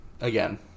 again